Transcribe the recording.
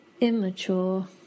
immature